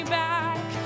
back